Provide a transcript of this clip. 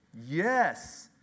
Yes